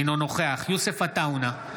אינו נוכח יוסף עטאונה,